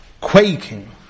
quaking